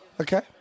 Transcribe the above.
Okay